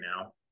now